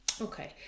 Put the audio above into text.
Okay